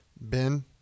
Ben